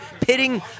pitting